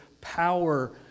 power